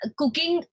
cooking